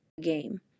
game